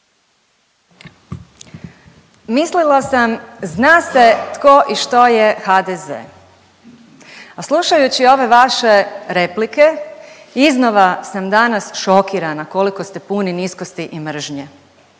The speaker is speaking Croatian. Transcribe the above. Mislila sam, zna se tko i što je HDZ. A slušajući ove vaše replike iznova sam danas šokirana koliko ste puni niskosti i mržnje.